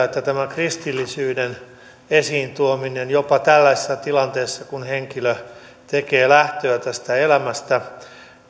että tämä kristillisyyden esiin tuominen jopa tällaisessa tilanteessa kun henkilö tekee lähtöä tästä elämästä